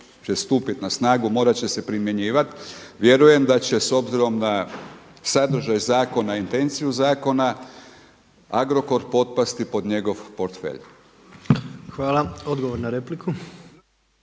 stupit na snagu, morat će se primjenjivat. Vjerujem da će s obzirom na sadržaj zakona i intenciju zakona Agrokor potpasti pod njegov portfelj. **Jandroković,